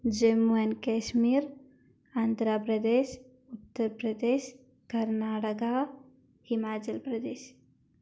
Jammu and Kashmir Andhra Pradesh Uttar Pradesh Karnataka Himachal Pradesh